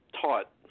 taught